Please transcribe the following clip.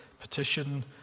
petition